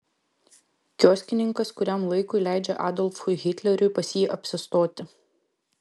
kioskininkas kuriam laikui leidžia adolfui hitleriui pas jį apsistoti